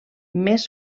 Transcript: més